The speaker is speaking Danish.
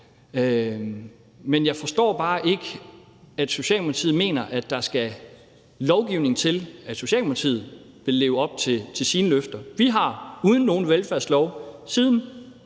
Men jeg forstår bare ikke, at Socialdemokratiet mener, at der skal lovgivning til, før Socialdemokratiet vil leve op til sine løfter. Vi har uden nogen velfærdslov, siden